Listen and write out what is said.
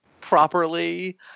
properly